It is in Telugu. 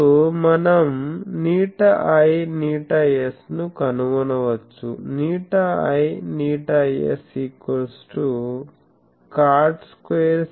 ఇప్పుడు మనం ηi ηs ను కనుగొనవచ్చు